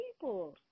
people